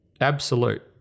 absolute